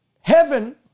heaven